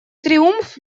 триумф